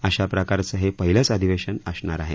अशा प्रकारचं हे पहिलेच अधिवेशन असणार आहे